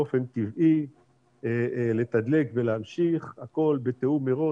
באופן טבעי לתדלק ולהמשיך, הכול בתיאום מראש.